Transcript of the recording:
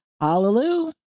Hallelujah